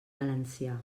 valencià